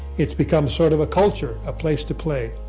it's become sort of a culture. a place to play,